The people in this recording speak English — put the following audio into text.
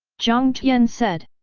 jiang tian said.